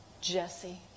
Jesse